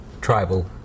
tribal